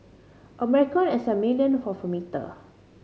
a micron is a millionth of a metre